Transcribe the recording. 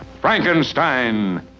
Frankenstein